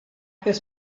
this